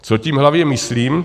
Co tím hlavně myslím?